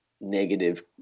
negative